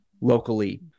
locally